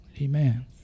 amen